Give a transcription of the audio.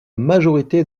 majorité